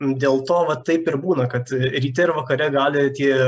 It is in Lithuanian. dėl to va taip ir būna kad ryte ir vakare gali tie